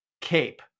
cape